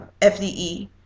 FDE